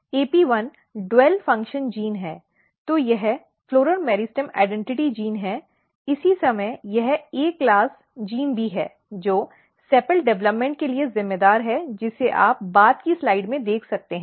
AP1 दोहरी function gene है तो यह पुष्प मेरिस्टेम पहचान जीन है इसी समय यह A क्लास जीन भी है जो सेपल विकास के लिए जिम्मेदार है जिसे आप बाद की स्लाइड में देख सकते हैं